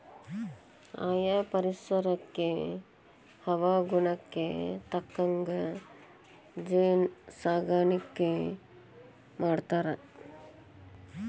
ಆಯಾ ಪರಿಸರಕ್ಕ ಹವಾಗುಣಕ್ಕ ತಕ್ಕಂಗ ಜೇನ ಸಾಕಾಣಿಕಿ ಮಾಡ್ತಾರ